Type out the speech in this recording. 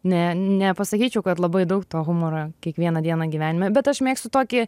ne nepasakyčiau kad labai daug to humoro kiekvieną dieną gyvenime bet aš mėgstu tokį